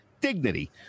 dignity